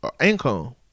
income